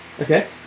Okay